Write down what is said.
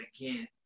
again